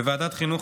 בוועדת החינוך,